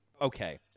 okay